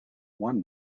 one